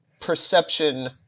perception